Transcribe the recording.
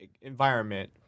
environment